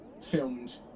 filmed